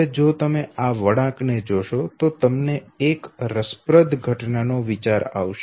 હવે જો તમે આ વળાંકને જોશો તો તમને એક રસપ્રદ ઘટના નો વિચાર આવશે